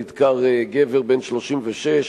נדקר גבר בן 36,